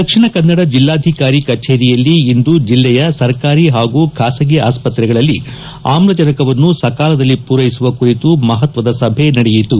ದಕ್ಷಿಣ ಕನ್ನಡ ಜಿಲ್ಲಾಧಿಕಾರಿ ಕಚೇರಿಯಲ್ಲಿ ಇಂದು ಜಿಲ್ಲೆಯ ಸರಕಾರಿ ಹಾಗೂ ಖಾಸಗಿ ಆಸ್ತತೆಗಳಲ್ಲಿ ಆಮ್ಲಜನಕವನ್ನು ಸಕಾಲದಲ್ಲಿ ಪೂರೈಸುವ ಕುರಿತು ಮಹತ್ವದ ಸಭೆ ನಡೆಯಿತು